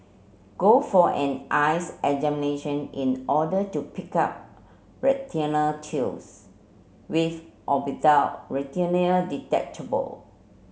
go for an eyes examination in order to pick up retinal tears with or without retinal detachment